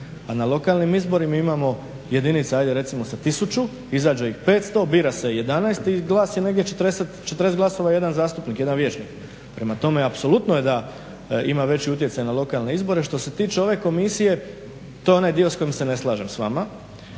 a na lokalnim izborima imamo jedinica ajde recimo sa 1000, izađe ih 500, bira se 11 i glas je negdje, 40 glasova jedan zastupnik, jedan vijećnik. Prema tome, apsolutno je da ima veći utjecaj na lokalne izbore. Što se tiče ove komisije, to je onaj dio s kojim se ne slažem s vama.